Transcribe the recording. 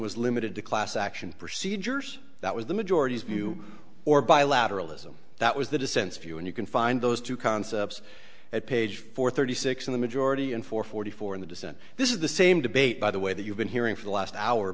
was limited to class action procedures that was the majority view or bilateralism that was the dissents view and you can find those two concepts at page four thirty six in the majority in four forty four in the dissent this is the same debate by the way that you've been hearing for the last hour